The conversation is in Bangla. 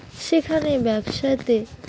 সেখানে ব্যবসাতে